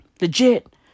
Legit